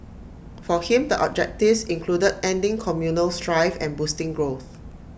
for him the objectives included ending communal strife and boosting growth